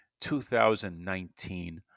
2019